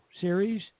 series